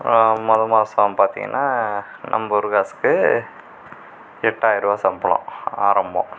மொதல் மாதைம் பார்த்தீங்கன்னா நம்ப ஊரு காசுக்கு எட்டாயர ரூபா சம்பளம் ஆரம்பம்